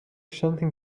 something